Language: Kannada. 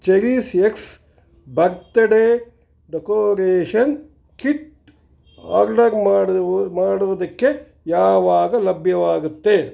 CherishX birthday decoration kit order ಮಾಡುವು ಮಾಡುವುದಕ್ಕೆ ಯಾವಾಗ ಲಭ್ಯವಾಗುತ್ತೆ